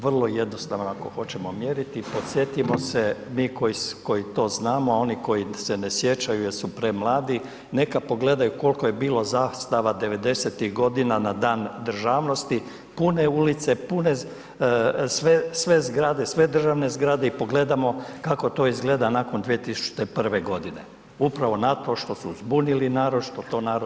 Vrlo jednostavno ako hoćemo mjeriti, podsjetimo se mi koji to znamo a oni koji se ne sjećaju jer su premladi, neka pogledaju koliko je bilo zastava 90-ih godina na dan državnosti, pune ulice, sve zgrade, sve državne zgrade i pogledamo kak to izgleda nakon 2001. godine, upravo na to što su zbunili narod, što to narod nije prihvatio.